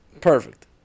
Perfect